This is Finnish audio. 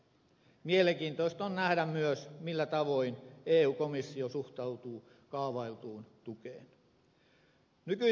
mielenkiintoista on nähdä myös millä tavoin eu komissio suhtautuu kaavailtuun tukeen